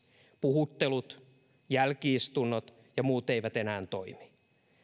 puhuttelut jälki istunnot ja muut eivät enää toimi